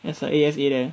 as a A_F_A leh